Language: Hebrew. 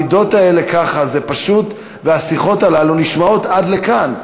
העמידות האלה ככה והשיחות הללו נשמעות עד לכאן.